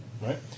Right